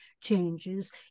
changes